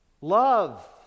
Love